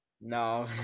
No